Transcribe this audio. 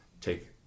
take